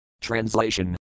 Translation